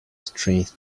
strange